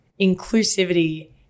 inclusivity